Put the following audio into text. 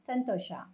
ಸಂತೋಷ